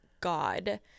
God